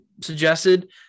suggested